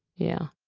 yeah